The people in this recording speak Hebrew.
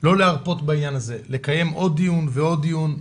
לא להרפות בעניין הזה, לקיים עוד דיון ועוד דיון.